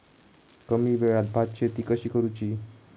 कमी वेळात भात शेती कशी करुची?